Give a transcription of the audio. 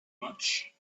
much